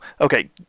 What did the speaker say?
okay